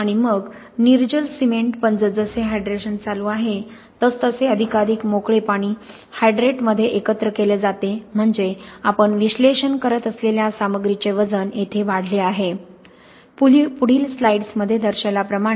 आणि मग निर्जल सिमेंट पण जसजसे हायड्रेशन चालू आहे तसतसे अधिकाधिक मोकळे पाणी हायड्रेटमध्ये एकत्र केले जाते म्हणजे आपण विश्लेषण करत असलेल्या सामग्रीचे वजन येथे वाढले आहे पुढील स्लाइड्समध्ये दर्शविल्याप्रमाणे